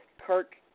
Kirk